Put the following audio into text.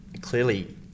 clearly